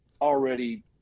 already